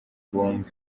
bumva